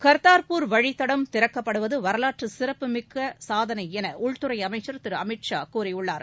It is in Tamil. கர்தார்பூர் வழித்தடம் திறக்கப்படுவது வரலாற்று சிறப்பு மிகுந்த சாதனை என உள்துறை அமைச்சர் திரு அமீத் ஷா கூறியுள்ளார்